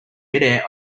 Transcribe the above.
midair